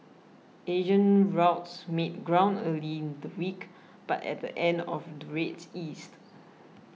Asian routes made ground early in the week but at the end of the rates eased